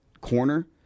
corner